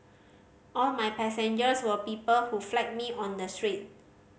all my passengers were people who flagged me on the street